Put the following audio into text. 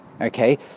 okay